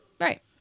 Right